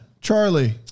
charlie